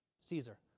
Caesar